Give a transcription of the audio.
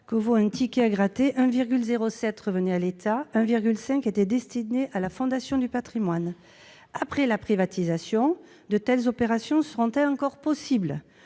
que vaut un ticket à gratter, 1,04 revenait à l'État et 1,5 était destiné à la Fondation du patrimoine. Après la privatisation, de telles opérations seront-elles encore possibles ?